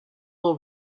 will